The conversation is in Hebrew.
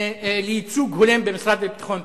לייצוג הולם במשרד לביטחון פנים.